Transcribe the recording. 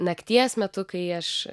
nakties metu kai aš